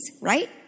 right